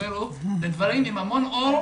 אלה דברים עם המון אור.